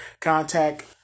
contact